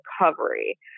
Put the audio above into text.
recovery